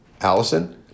Allison